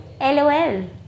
L-O-L